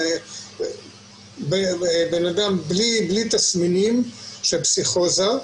בן אדם בלי תסמינים של פסיכוזה,